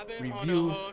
review